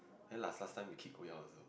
then like last time we keep going out also